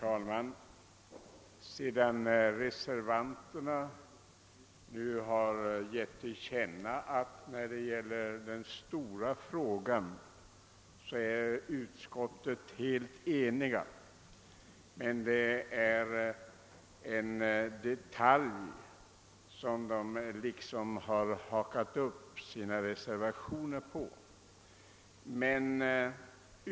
Herr talman! Reservanterna har nu givit till känna att de när det gäller stora frågan är helt eniga med utskottet. Det är bara beträffande detaljer som de avgivit sina reservationer.